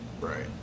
Right